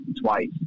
twice